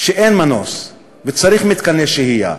שאין מנוס וצריך מתקני שהייה.